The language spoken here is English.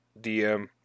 DM